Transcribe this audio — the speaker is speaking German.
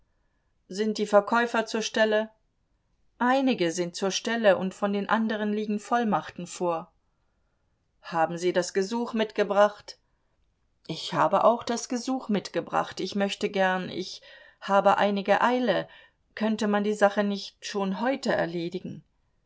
sind die verkäufer zur stelle einige sind zur stelle und von den anderen liegen vollmachten vor haben sie das gesuch mitgebracht ich habe auch das gesuch mitgebracht ich möchte gern ich habe einige eile könnte man die sache nicht schon heute erledigen